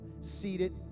seated